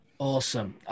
Awesome